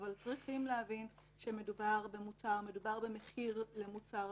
צריכים להבין שמדובר במחיר למוצר.